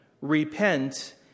Repent